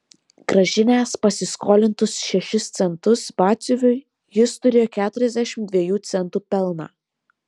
grąžinęs pasiskolintus šešis centus batsiuviui jis turėjo keturiasdešimt dviejų centų pelną